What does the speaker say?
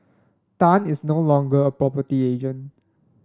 Tan is no longer a property agent